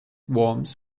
worms